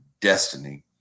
destiny